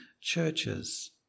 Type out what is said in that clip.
churches